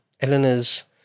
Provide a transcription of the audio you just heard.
Eleanor's